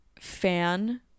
fan